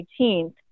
18th